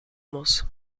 muss